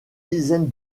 dizaine